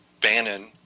Bannon